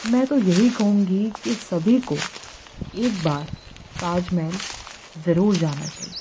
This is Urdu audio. میں تو یہی کہوں گی کہ سبھی كو ایک بار تاج محل ضرور جانا چاہیے